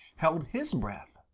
held his breath.